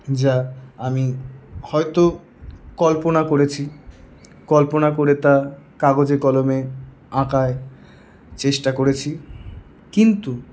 যা আমি হয়তো কল্পনা করেছি কল্পনা করে তা কাগজে কলমে আঁকায় চেষ্টা করেছি কিন্তু